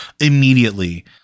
immediately